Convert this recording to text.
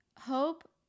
hope